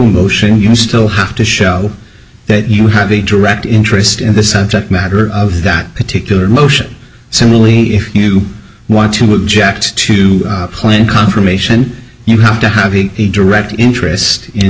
to motion you still have to show that you have a direct interest in the subject matter of that particular motion similarly if you want to with jacked to plan confirmation you have to have a direct interest in